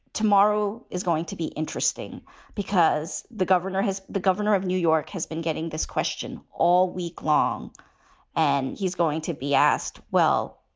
tomorrow is going to be interesting because the governor has the governor of new york has been getting this question all week long and he's going to be asked, well,